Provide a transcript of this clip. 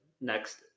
next